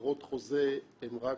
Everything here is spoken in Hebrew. הבאים.